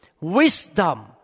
wisdom